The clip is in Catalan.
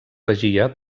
regia